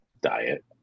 diet